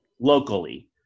locally